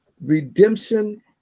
redemption